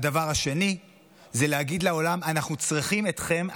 והדבר השני הוא להגיד לעולם: אנחנו צריכים אתכם,